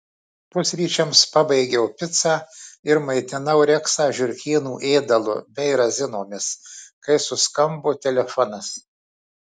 pusryčiams pabaigiau picą ir maitinau reksą žiurkėnų ėdalu bei razinomis kai suskambo telefonas